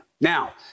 Now